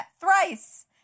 thrice